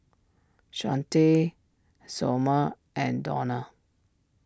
Shawnte Sommer and Donald